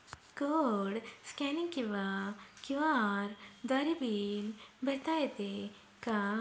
Code scanning किंवा QR द्वारे bill भरता येते का?